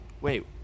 Wait